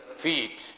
feet